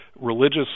religious